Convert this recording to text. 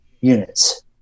units